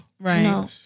Right